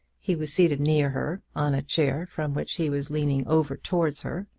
he was seated near her, on a chair from which he was leaning over towards her,